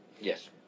Yes